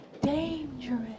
dangerous